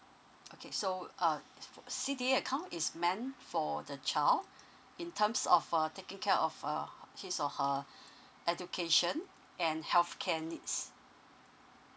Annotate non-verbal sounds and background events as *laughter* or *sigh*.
okay so uh C_D_A account is meant for the child in terms of uh taking care of uh his or her *breath* education and healthcare needs